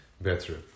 better